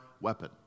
weapon